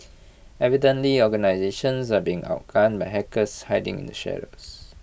evidently organisations are being outgun by hackers hiding in the shadows